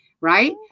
right